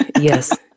Yes